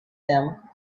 them